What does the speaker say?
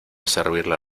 servirla